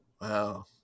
Wow